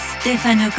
Stefano